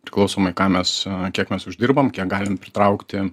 priklausomai ką mes kiek mes uždirbam kiek galim pritraukti